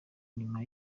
nyuma